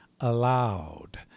Allowed